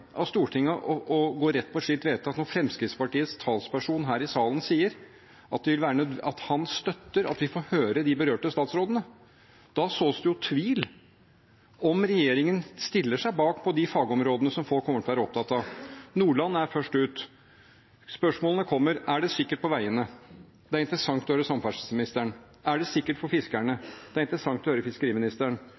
av Stortinget å gå rett på et slikt vedtak når Fremskrittspartiets talsperson her i salen sier at han støtter at vi får høre de berørte statsrådene. Da sås det jo tvil om regjeringen stiller seg bak på de fagområdene som folk kommer til å være opptatt av. Nordland er først ut. Spørsmålene kommer: Er det sikkert på veiene? Det er interessant å høre samferdselsministeren. Er det sikkert for fiskerne? Det er interessant å høre fiskeriministeren.